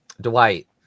dwight